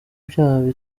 ibyaha